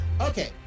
Okay